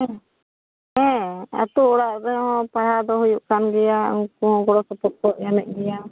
ᱦᱮᱸ ᱦᱮᱸ ᱟᱹᱛᱩ ᱚᱲᱟᱜ ᱨᱮᱦᱚᱸ ᱯᱟᱲᱦᱟᱣ ᱫᱚ ᱦᱩᱭᱩᱜ ᱠᱟᱱ ᱜᱮᱭᱟ ᱩᱱᱠᱩ ᱦᱚᱸ ᱜᱚᱲᱚ ᱥᱚᱯᱚᱦᱚᱫ ᱠᱚ ᱮᱢᱮᱫ ᱜᱮᱭᱟ